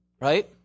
right